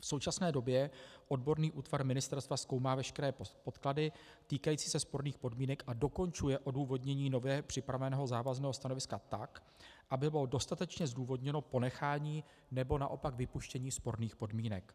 V současné době odborný útvar ministerstva zkoumá veškeré podklady týkající se sporných podmínek a dokončuje odůvodnění nově připraveného závazného stanoviska tak, aby bylo dostatečně zdůvodněno ponechání, nebo naopak vypuštění sporných podmínek.